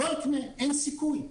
לא אקנה, אין סיכוי.